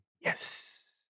Yes